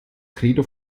credo